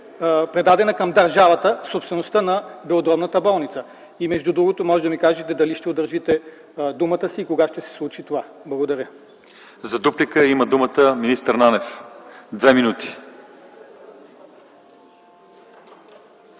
предадена към държавата собствеността на Белодробната болница. И между другото можете да ми кажете дали ще удържите думата си и кога ще се случи това. Благодаря. ПРЕДСЕДАТЕЛ ЛЪЧЕЗАР ИВАНОВ: За дуплика има думата министър Нанев. Две минути!